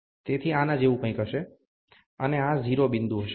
તેથી આના જેવું કંઈક હશે અને આ 0 બિંદુ હશે